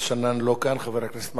חבר הכנסת מקלב, לא כאן.